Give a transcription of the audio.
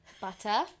Butter